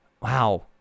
wow